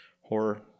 horror